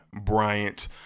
Bryant